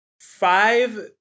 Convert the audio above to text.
five